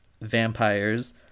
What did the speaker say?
vampires